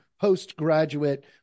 postgraduate